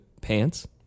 pants